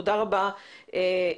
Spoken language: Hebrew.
תודה רבה לכם.